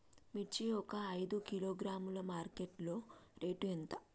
మిర్చి ఒక ఐదు కిలోగ్రాముల మార్కెట్ లో రేటు ఎంత?